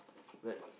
but